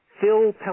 Phil